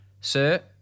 Sir